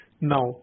Now